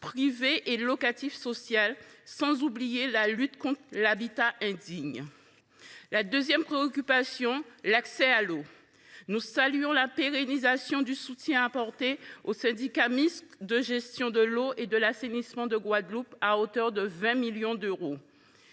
parc locatif social, sans oublier la lutte contre l’habitat indigne. Concernant ensuite l’accès à l’eau, nous saluons la pérennisation du soutien apporté au syndicat mixte de gestion de l’eau et de l’assainissement de Guadeloupe, à hauteur de 20 millions d’euros.